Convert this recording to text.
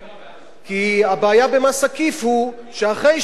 הבעיה במס עקיף היא שאחרי שאתה כבר משלם